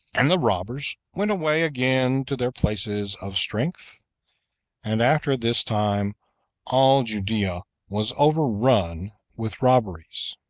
and the robbers went away again to their places of strength and after this time all judea was overrun with robberies.